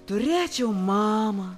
turėčiau mamą